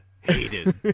hated